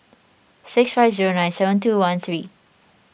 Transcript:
six five zero nine seven two one three